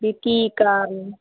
ਵੀ ਕੀ ਕਾਰਨ